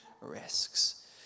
risks